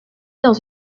dans